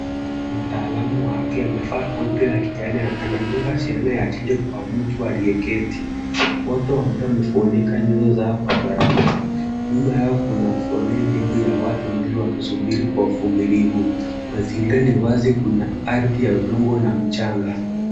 Mtaalamu wa afya amevaa koti la kijani anadunga sindano ya chanjo kwa mtu aliyeketi ,wote wawili wamefunika nyuso zao kwa barakoa ,nyuma yao kuna foleni ya watu wengi wanaosubiri kwa uvumilivu, mazingira ni wazi na kuna ardhi ya udongo na mchanga .